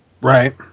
Right